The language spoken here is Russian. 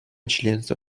членства